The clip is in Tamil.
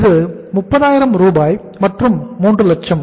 இது 30000 மற்றும் 3 லட்சம்